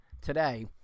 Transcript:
today